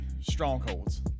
Strongholds